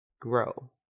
grow